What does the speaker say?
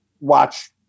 watch